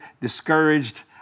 discouraged